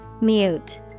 Mute